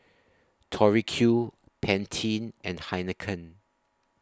Tori Q Pantene and Heinekein